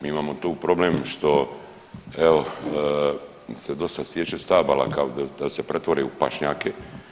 Mi imamo tu problem što evo se dosta siječe stabala kao da se pretvore u pašnjake.